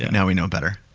now we know better.